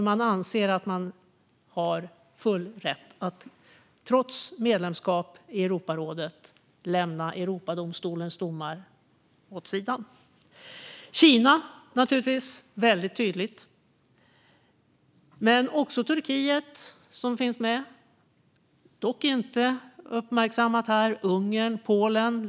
Man anser, trots medlemskap i Europarådet, att man har full rätt att lägga Europadomstolens domar åt sidan. Kina är ett väldigt tydligt exempel, men också Turkiet finns med - dock inte uppmärksammat här - liksom Ungern och Polen.